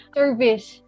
service